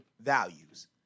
values